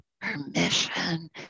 permission